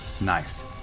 Nice